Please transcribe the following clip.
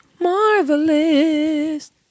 Marvelous